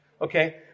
okay